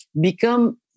become